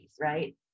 right